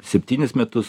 septynis metus